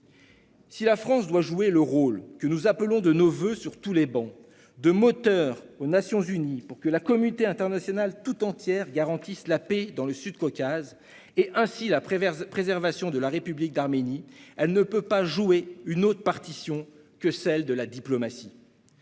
un rôle moteur- ce que nous appelons de nos voeux sur toutes les travées -, pour que la communauté internationale tout entière garantisse la paix dans le Sud-Caucase- et ainsi la préservation de la République d'Arménie -, alors elle ne peut pas jouer une autre partition que celle de la diplomatie.